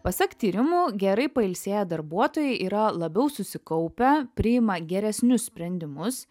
pasak tyrimų gerai pailsėję darbuotojai yra labiau susikaupę priima geresnius sprendimus